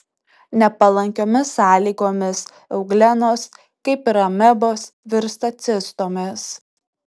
nepalankiomis sąlygomis euglenos kaip ir amebos virsta cistomis